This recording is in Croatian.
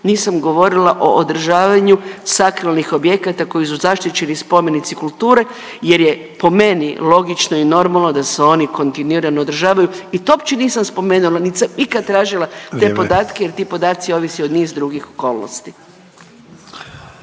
nisam govorila o održavanju sakralnih objekata koji su zaštićeni spomenuti kulture jer je po meni logično i normalno i da se oni kontinuirano održavaju i to uopće nisam spomenula nit sam ikad tražila …/Upadica Sanader: Vrijeme./… te podatke jer ti podaci ovisi o niz drugih okolnosti.